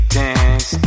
dance